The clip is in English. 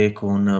con